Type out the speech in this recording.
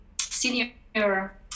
senior